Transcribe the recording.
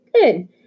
Good